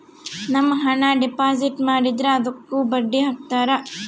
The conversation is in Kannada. ನಮ್ ಹಣ ಡೆಪಾಸಿಟ್ ಮಾಡಿದ್ರ ಅದುಕ್ಕ ಬಡ್ಡಿ ಹಕ್ತರ